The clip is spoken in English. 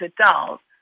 adults